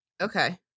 Okay